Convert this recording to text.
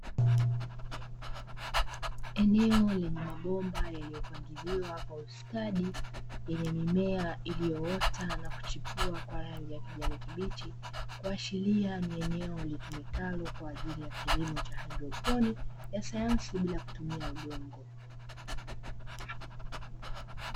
Eneo lenye mabomba yaliyopangiliwa kwa ustadi yenye mimea iliyoota na kuchipua kwa rangi ya kijani kibichi, kuashiria ni eneo litumikalo kwaajili ya kilimo cha haidroponi, ya sayansi bila kutumia udongo.